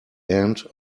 end